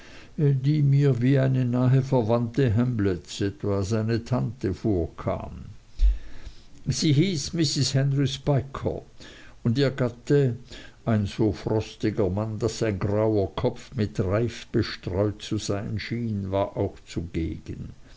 die mir wie eine nahe verwandte hamlets etwa seine tante vorkam sie hieß mrs henry spiker und ihr gatte ein so frostiger mann daß sein grauer kopf mit reif bestreut zu sein schien war auch zugegen